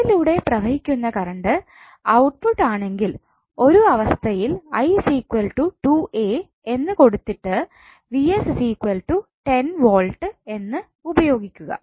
R ലൂടെ പ്രവഹിക്കുന്ന current output ആണെങ്കിൽ ഒരു അവസ്ഥയിൽ 𝑖 2 A എന്ന് കൊടുത്തിട്ട് 𝑣𝑠 10 V എന്നത് ഉപയോഗിക്കുക